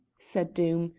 said doom,